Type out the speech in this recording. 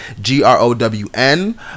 g-r-o-w-n